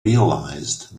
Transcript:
realized